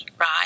right